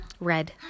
Red